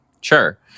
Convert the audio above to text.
Sure